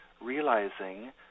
realizing